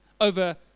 over